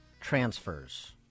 transfers